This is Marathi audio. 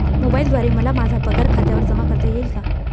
मोबाईलद्वारे मला माझा पगार खात्यावर जमा करता येईल का?